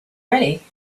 ready